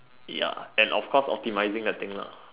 ya and of course optimizing the thing lah